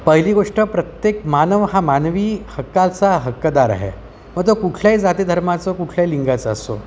पहिली गोष्ट प्रत्येक मानव हा मानवी हक्काचा हक्कदार आहे मग तो कुठल्याही जातीधर्माचं कुठल्याही लिंगाचा असो